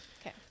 Okay